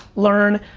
learn.